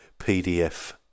PDF